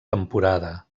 temporada